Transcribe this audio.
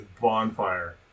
bonfire